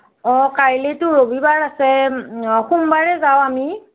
অ কাইলৈতো ৰবিবাৰ আছে অ সোমবাৰে যাওঁ আমি